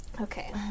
Okay